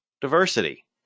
diversity